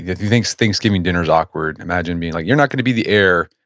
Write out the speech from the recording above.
you think this thanksgiving dinner is awkward? imagine being like, you're not going to be the heir.